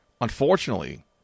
Unfortunately